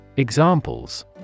Examples